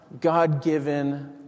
God-given